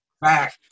back